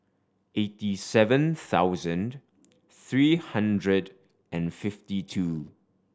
eighty seven thousand three hundred and fifty two